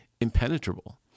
impenetrable